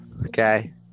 Okay